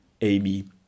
Amy